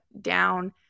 down